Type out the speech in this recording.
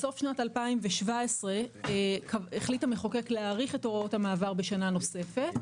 בסוף שנת 2017 החליט המחוקק להאריך את הוראות המעבר בשנה נוספת.